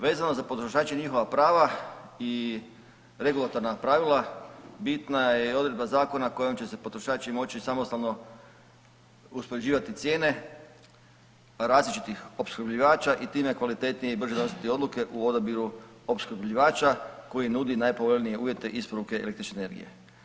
Vezano za potrošače i njihova prava i regulatorna pravila bitna je i odredba zakona kojom će se potrošači moći i samostalno uspoređivati cijene različitih opskrbljivača i time kvalitetnije i brže donositi odluke u odabiru opskrbljivača koji nudi najpovoljnije uvjete isporuke električne energije.